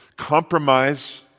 Compromise